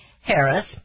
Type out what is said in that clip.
Harris